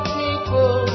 people